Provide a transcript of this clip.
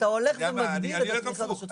אתה הולך ומגדיל --- אני אלך הפוך.